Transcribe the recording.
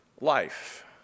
life